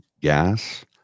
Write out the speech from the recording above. gas